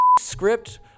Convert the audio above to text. script